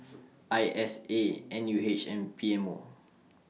I S A N U H and P M O